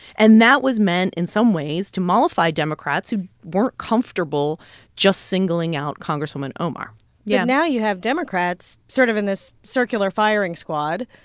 and that was meant, in some ways, to mollify democrats who weren't comfortable just singling out congresswoman omar yeah but now you have democrats sort of in this circular firing squad,